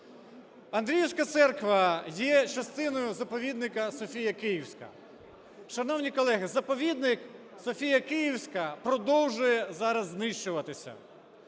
Андріївська церква є частиною заповідника "Софія Київська". Шановні колеги, заповідник "Софія Київська" продовжує зараз знищуватися.